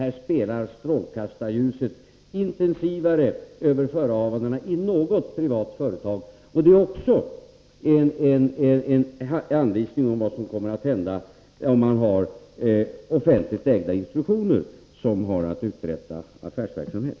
Här spelar strålkastarljuset intensivare över förehavandena än i något privat företag, och detta är också en anvisning om vad som kommer att hända om man har offentligt ägda institutioner som har att uträtta affärsverksamhet.